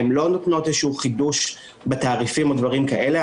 הן לא נותנות איזה שהוא חידוש בתעריפים או דברים כאלה.